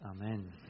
amen